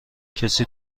کسی